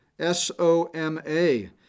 S-O-M-A